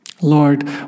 Lord